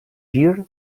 gir